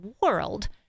world